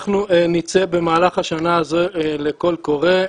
אנחנו נצא במהלך השנה הזאת לקול קורא,